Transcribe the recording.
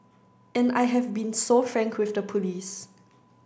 and I have been so frank with the police